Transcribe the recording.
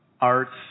arts